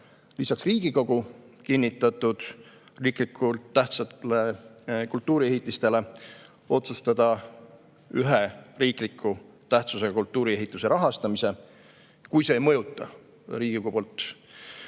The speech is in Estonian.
lisaks Riigikogu kinnitatud riiklikult tähtsatele kultuuriehitistele otsustada ühe riikliku tähtsusega kultuuriehitise rahastamise, kui see ei mõjuta Riigikogu